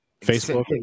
Facebook